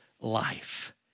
life